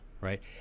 right